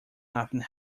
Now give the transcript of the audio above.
nothing